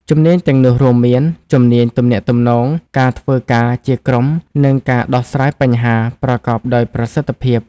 ជំនាញទាំងនោះរួមមាន ជំនាញទំនាក់ទំនង ការធ្វើការជាក្រុម និងការដោះស្រាយបញ្ហា ប្រកបដោយប្រសិទ្ធភាព។